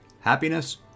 happiness